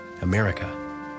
America